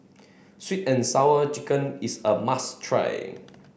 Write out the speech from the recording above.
sweet and sour chicken is a must try